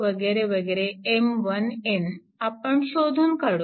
M1n आपण शोधून काढू